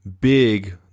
big